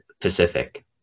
Pacific